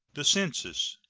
the census.